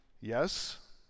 Yes